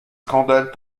scandales